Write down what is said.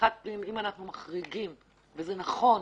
בהדרכת פנים, אם אנחנו מחריגים, וזה נכון